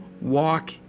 walk